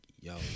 yo